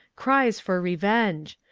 cries for revenge.